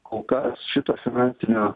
kol kas šito finansinio